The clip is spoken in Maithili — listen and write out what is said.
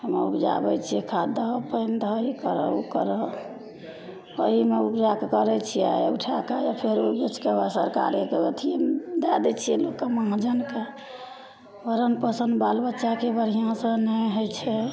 हमे उपजाबै छिए खाद दहऽ पानि दहऽ ई करऽ ओ करऽ एहिमे उपजाके करै छिए उठैके फेर बेचिके सरकारेके अथीमे दै दै छिए लोकके महाजनके भरण पोषण बालबच्चाके बढ़िआँसे नहि होइ छै